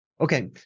Okay